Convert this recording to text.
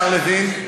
השר לוין,